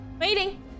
Waiting